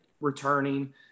returning